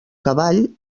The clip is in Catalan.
cavall